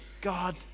God